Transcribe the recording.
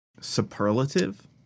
superlative